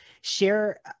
share